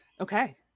Okay